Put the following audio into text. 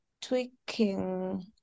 tweaking